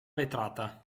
vetrata